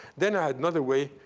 then i had another way.